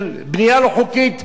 של בנייה לא חוקית,